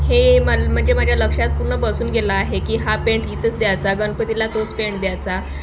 हे मला म्हणजे माझ्या लक्षात पूर्ण बसून गेला आहे की हा पेंट इथंच द्यायचा गणपतीला तोच पेंट द्यायचा